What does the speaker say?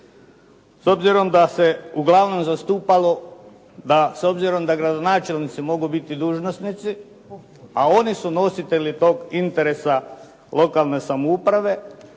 S obzirom da se uglavnom zastupalo, s obzirom da gradonačelnici mogu biti dužnosnici, a oni su nositelji tog interesa lokalne samouprave